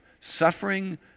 suffering